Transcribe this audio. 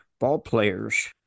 ballplayers